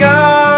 God